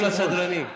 פונים לסדרנים.